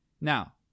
now